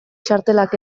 txartelak